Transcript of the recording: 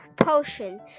potion